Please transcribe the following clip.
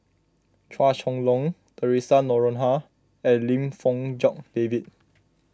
Chua Chong Long theresa Noronha and Lim Fong Jock David